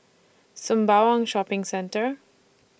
Sembawang Shopping Centre